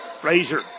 Frazier